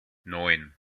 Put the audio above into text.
neun